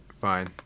fine